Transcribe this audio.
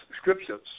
scriptures